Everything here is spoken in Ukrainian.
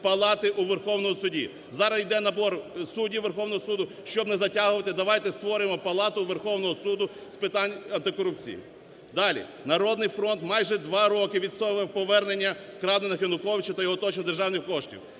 "Народний фронт" майже 2 роки відстоював повернення вкрадених Януковичем та його оточенням державних коштів.